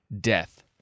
death